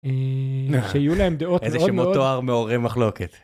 יהיו להם דעות מאוד מאוד, איזה שמות תואר מעוררי מחלוקת.